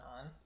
on